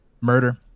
murder